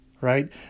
right